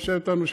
שיושב איתנו,